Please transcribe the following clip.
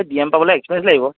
B M পাবলৈ experience লাগিব